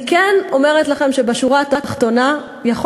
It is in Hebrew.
אני כן אומרת לכם שבשורה התחתונה יכול